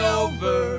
over